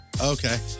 Okay